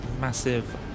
massive